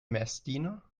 messdiener